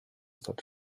sollte